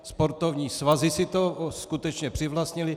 Sportovní svazy si to skutečně přivlastnily.